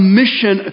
mission